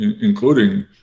including